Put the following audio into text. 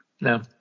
No